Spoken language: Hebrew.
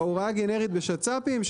שההוראה הגנרית בשצ"פים,